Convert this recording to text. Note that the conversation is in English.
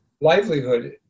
livelihood